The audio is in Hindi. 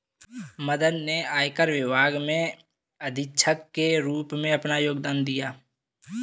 मदन ने आयकर विभाग में अधीक्षक के रूप में अपना योगदान दिया